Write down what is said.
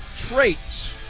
traits